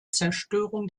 zerstörung